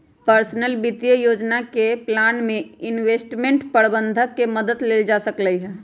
personal वित्तीय योजना के प्लान में इंवेस्टमेंट परबंधक के मदद लेल जा सकलई ह